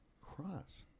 cross